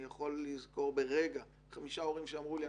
אני יכול לזכור ברגע חמישה הורים שאמרו לי,